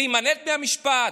להימלט מהמשפט,